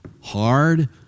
hard